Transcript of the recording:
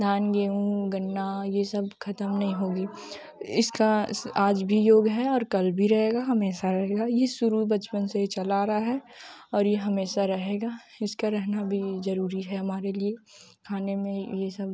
धान गेहूँ गन्ना ये सब खत्म नहीं होगी इसका ऐसा आज भी युग है और कल भी रहेगा हमेशा रहेगा ये शुरू बचपन से ही चला आ रहा है और ये हमेशा रहेगा इसका रहना भी जरुरी है हमारे लिए खाने में यही सब